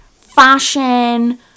fashion